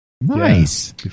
Nice